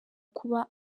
kuba